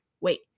wait